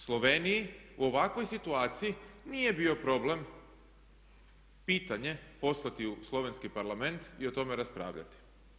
Sloveniji u ovakvoj situaciji nije bio problem pitanje poslati u slovenski Parlament i o tome raspravljati.